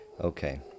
okay